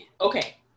okay